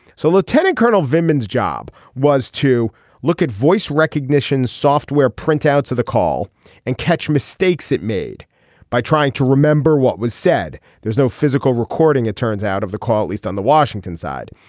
so lieutenant colonel vinson's job was to look at voice recognition software printouts of the call and catch mistakes it made by trying to remember what was said. there's no physical recording it turns out of the call at least on the washington side.